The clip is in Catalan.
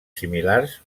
similars